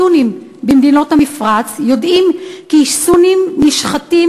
הסונים במדינות המפרץ יודעים כי סונים נשחטים